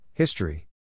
History